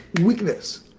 weakness